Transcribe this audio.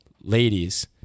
ladies